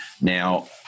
Now